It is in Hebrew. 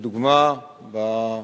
לדוגמה,